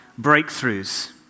breakthroughs